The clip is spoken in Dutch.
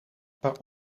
per